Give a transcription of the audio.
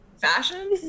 fashion